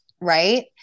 right